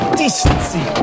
decency